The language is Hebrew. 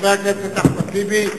חבר הכנסת אחמד טיבי,